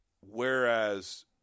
Whereas